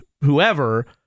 whoever